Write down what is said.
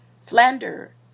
Slander